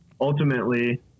ultimately